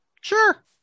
Sure